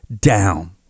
down